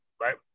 right